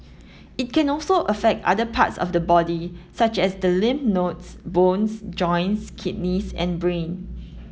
it can also affect other parts of the body such as the lymph nodes bones joints kidneys and brain